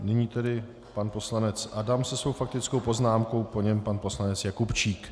Nyní tedy pan poslanec Adam se svou faktickou poznámkou, po něm pan poslanec Jakubčík.